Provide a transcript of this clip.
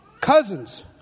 cousins